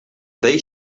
they